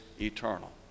eternal